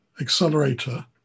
accelerator